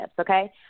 okay